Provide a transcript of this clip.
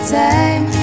time